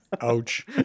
ouch